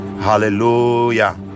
hallelujah